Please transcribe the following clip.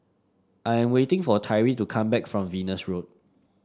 I am waiting for Tyree to come back from Venus Road